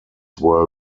were